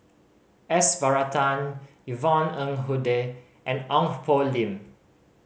S Varathan Yvonne Ng Uhde and Ong Poh Lim